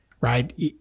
right